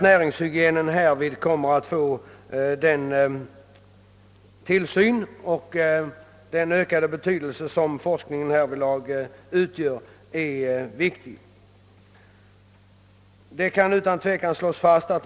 Näringshygienen är därför viktig och forskningen har härvidlag stor betydelse.